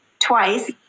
twice